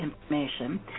information